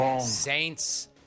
Saints